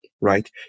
right